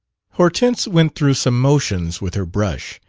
hortense went through some motions with her brush,